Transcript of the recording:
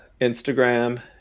Instagram